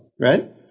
Right